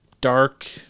dark